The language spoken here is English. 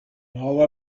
all